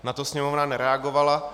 Na to Sněmovna nereagovala.